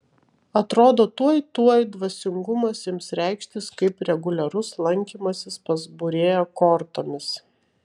atrodo tuoj tuoj dvasingumas ims reikštis kaip reguliarus lankymasis pas būrėją kortomis